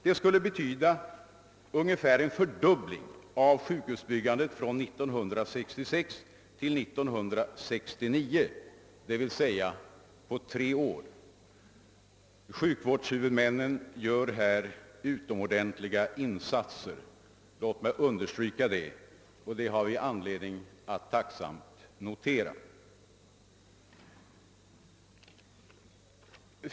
Det skulle betyda ungefär en fördubbling av sjukhusbyggandet från 1966 till 1969, d. v. s. på tre år. Sjukvårdshuvudmännen gör här utomordentliga insatser — låt mig understryka det — och detta har vi anledning att tacksamt notera.